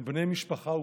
הם בני משפחה וקרובים.